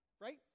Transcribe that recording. Right